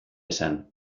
esan